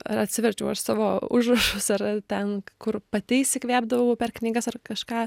ar atsiverčiau aš savo užrašus ar ten kur pati įsikvėpdavau per knygas ar kažką